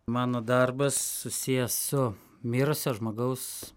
mano darbas susijęs su mirusio žmogaus